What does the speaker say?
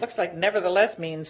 looks like nevertheless means